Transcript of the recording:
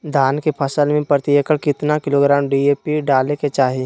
धान के फसल में प्रति एकड़ कितना किलोग्राम डी.ए.पी डाले के चाहिए?